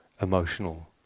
emotional